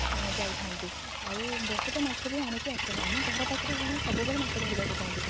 ଯାଇଥାନ୍ତି ଆଉ ବହୁତ ମାଛ ବି ଆଣିକି ଆସନ୍ତି ଆମ ଘର ପାଖରେ ଜଣେ ସବୁବେଳେ ମାଛ ଧରିବାକୁ ଯାଆନ୍ତି